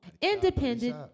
Independent